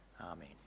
Amen